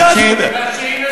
את המסגדים השיעיים.